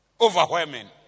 Overwhelming